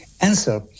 answer